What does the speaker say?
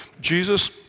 Jesus